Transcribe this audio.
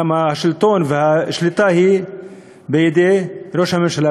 כי השלטון והשליטה הם בידי ראש הממשלה,